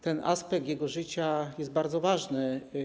Ten aspekt jego życia jest bardzo ważny.